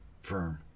firm